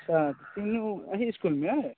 अच्छा तीन गो एहि इसकुलमे यऽ